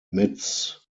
admits